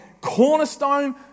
cornerstone